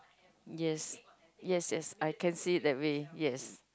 yes yes yes I can see it that way yes